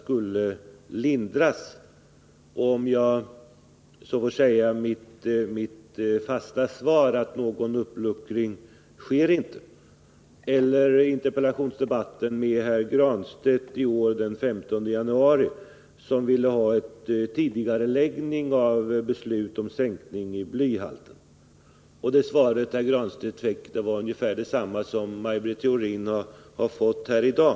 Mitt fasta svar då var att det inte skall ske någon uppluckring. Jag hade en interpellationsdebatt med Pär Granstedt den 5 januari. Han ville ha en tidigareläggning av beslutet om sänkning av blyhalten. Det svar Pär Granstedt fick var ungefär detsamma som Maj Britt Theorin har fått här i dag.